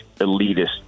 elitist